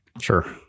Sure